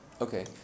Okay